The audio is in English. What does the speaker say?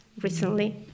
recently